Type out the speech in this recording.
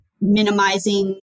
minimizing